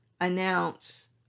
announce